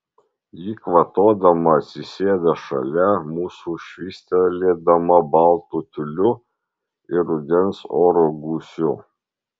ji kvatodama atsisėda šalia mūsų švystelėdama baltu tiuliu ir rudens oro gūsiu